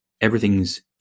everything's